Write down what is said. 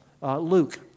Luke